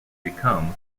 become